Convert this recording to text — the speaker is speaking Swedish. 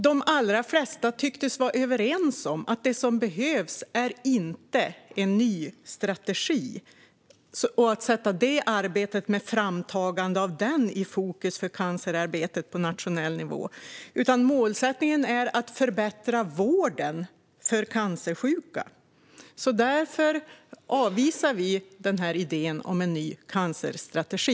De allra flesta tycktes vara överens om att det som behövs inte är en ny strategi och att sätta arbetet med framtagandet av den i fokus för cancerarbetet på nationell nivå, utan målsättningen är att förbättra vården för cancersjuka. Därför avvisar vi idén om en ny cancerstrategi.